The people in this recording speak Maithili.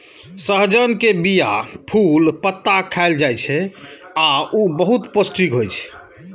सहजन के बीया, फूल, पत्ता खाएल जाइ छै आ ऊ बहुत पौष्टिक होइ छै